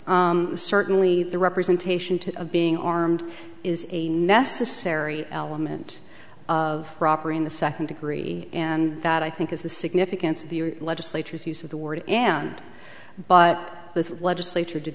e certainly the representation to being armed is a necessary element of property in the second degree and that i think is the significance of the legislature's use of the word and but this legislature did